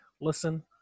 listen